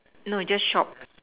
no is just short